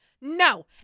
No